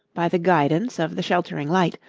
by the guidance of the sheltering light,